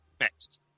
Next